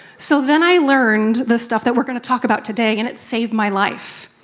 so then i learned the stuff that we're going to talk about today, and it saved my life.